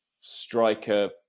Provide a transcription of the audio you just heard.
striker